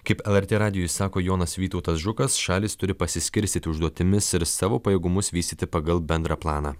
kaip lrt radijui sako jonas vytautas žukas šalys turi pasiskirstyti užduotimis ir savo pajėgumus vystyti pagal bendrą planą